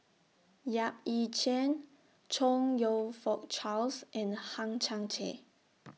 Yap Ee Chian Chong YOU Fook Charles and Hang Chang Chieh